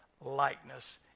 likeness